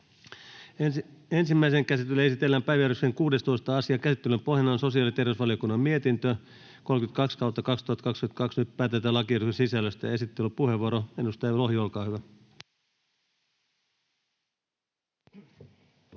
Ensimmäiseen käsittelyyn esitellään päiväjärjestyksen 16. asia. Käsittelyn pohjana on sosiaali- ja terveysvaliokunnan mietintö StVM 32/2022 vp. Nyt päätetään lakiehdotusten sisällöstä. — Esittelypuheenvuoro, edustaja Lohi, olkaa hyvä.